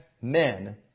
men